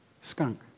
skunk